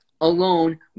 alone